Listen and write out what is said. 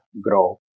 grow